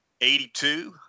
82